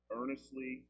earnestly